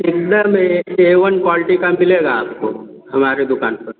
इतना में A one quality का मिलेगा आपको हमारी दुकान पर